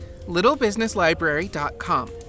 littlebusinesslibrary.com